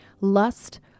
lust